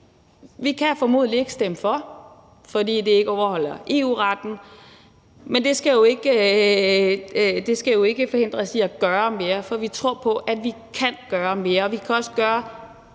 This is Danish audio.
Vi kan formodentlig ikke stemme for, fordi det ikke overholder EU-retten, men det skal jo ikke forhindre os i at gøre mere, for vi tror på, at vi kan gøre mere,